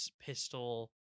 pistol